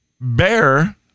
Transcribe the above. Bear